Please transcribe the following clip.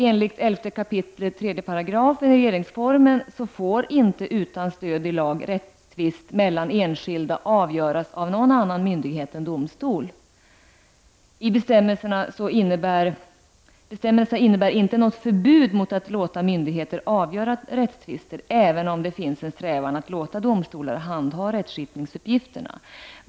Enligt 11 kap. 3§ regeringsformen får inte utan stöd i lag rättstvist mellan enskilda avgöras av någon annan myndighet än domstol. Bestämmelserna innebär inte något förbud mot att låta myndigheter avgöra rättstvist, även om det finns en strävan att låta domstolar handha rättsskipningsuppgifterna.